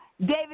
David